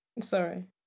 Sorry